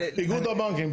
איגוד הבנקים,